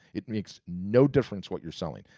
it makes no difference what you're selling.